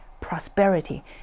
prosperity